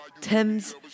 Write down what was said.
Tim's